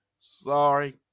sorry